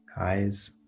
eyes